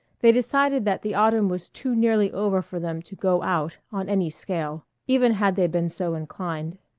they decided that the autumn was too nearly over for them to go out on any scale, even had they been so inclined.